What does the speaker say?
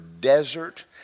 desert